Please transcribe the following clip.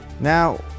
Now